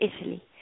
Italy